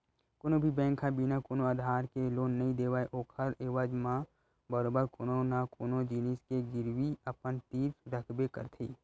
कोनो भी बेंक ह बिना कोनो आधार के लोन नइ देवय ओखर एवज म बरोबर कोनो न कोनो जिनिस के गिरवी अपन तीर रखबे करथे